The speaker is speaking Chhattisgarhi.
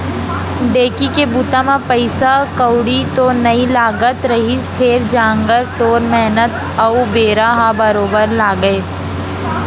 ढेंकी के बूता म पइसा कउड़ी तो नइ लागत रहिस फेर जांगर टोर मेहनत अउ बेरा ह बरोबर लागय